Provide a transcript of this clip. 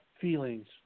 feelings